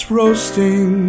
roasting